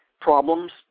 problems